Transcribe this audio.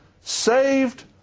Saved